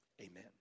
Amen